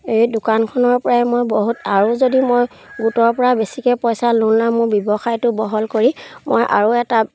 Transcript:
এই দোকানখনৰ পৰাই মই বহুত আৰু যদি মই গোটৰ পৰা বেছিকৈ পইচা লোন লওঁ মোৰ ব্যৱসায়টো বহল কৰি মই আৰু এটা